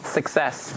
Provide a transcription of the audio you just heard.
Success